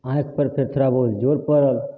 आँखि पर फेर थोड़ा बहुत जोर पड़ल